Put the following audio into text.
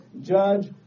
judge